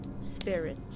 spirit